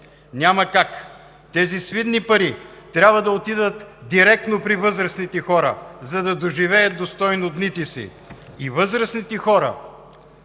Няма как! Тези свидни пари трябва да отидат директно при възрастните хора, за да доживеят достойно дните си и възрастните хора